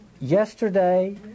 Yesterday